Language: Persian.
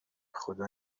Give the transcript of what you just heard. خدا